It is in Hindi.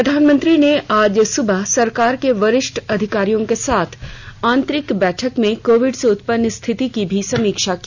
प्रधानमंत्री ने आज सुबह सरकार के वरिष्ठ अधिकारियों के साथ आंतरिक बैठक में कोविड से उत्पन्न स्थिति की भी समीक्षा की